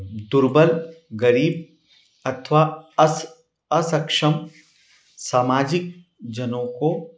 दुर्बल गरीब अथवा अस असक्षम सामाजिक जनों को